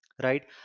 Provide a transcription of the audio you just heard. right